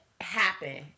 happen